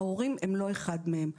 ההורים הם לא אחד מהם.